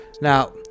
Now